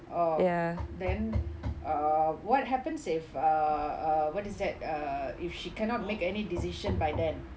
oh then err what happens if err what is that err if she cannot make any decision by then